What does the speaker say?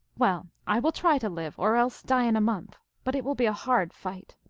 well, i will try to live, or else die in a month but it will be a hard fight.